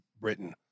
britain